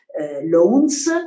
loans